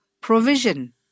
provision